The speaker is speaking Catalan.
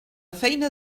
feina